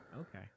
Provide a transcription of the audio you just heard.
Okay